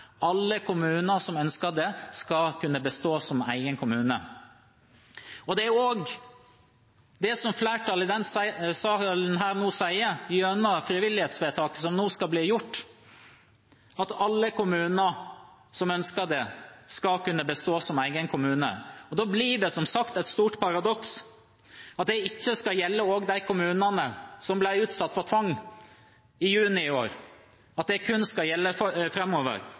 Alle kommuner som ønsker det, skal kunne bestå som egne kommuner. Det er også det som flertallet i denne salen nå sier, gjennom frivillighetsvedtaket som nå skal bli gjort, at alle kommuner som ønsker det, skal kunne bestå som egne kommuner. Da blir det, som sagt, et stort paradoks at det ikke også skal gjelde de kommunene som ble utsatt for tvang i juni i år, og at det kun skal gjelde